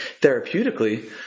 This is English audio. therapeutically